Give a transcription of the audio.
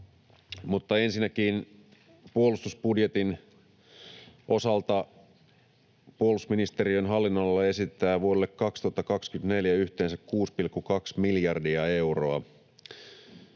ensinnäkin puolustusbudjetin osalta puolustusministeriön hallinnonalalle esitetään vuodelle 2024 yhteensä 6,2 miljardia euroa.